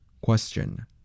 Question